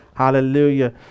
Hallelujah